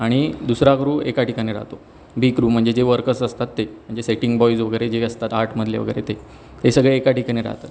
आणि दुसरा क्रु एका ठिकाणी राहतो बी क्रु म्हणजे जे वर्कर्स असतात ते जे सेटींग्ज बॉइज वगैरे जे असतात आटमधले वगैरे ते ते सगळे एका ठिकाणी राहतात